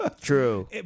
true